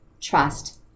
trust